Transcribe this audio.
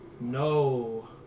No